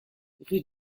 rue